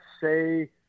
say –